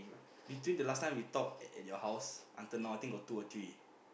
between the last time we talk at at your house until now I think got two or three